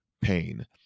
pain